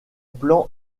plan